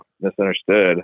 misunderstood